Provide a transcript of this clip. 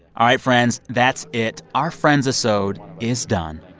all right, friends. that's it. our friends isode is done.